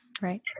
right